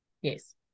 yes